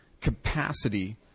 capacity